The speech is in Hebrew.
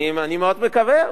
אני מאוד מקווה.